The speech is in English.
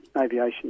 Aviation